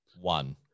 One